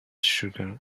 sugar